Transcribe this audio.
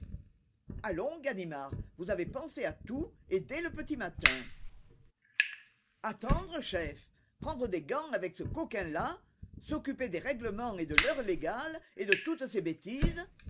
allons ganimard vous avez pensé à tout et dès le petit matin attendre chef prendre des gants avec ce coquin-là s'occuper des règlements et de l'heure légale et de toutes ces bêtises